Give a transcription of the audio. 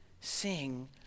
sing